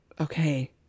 Okay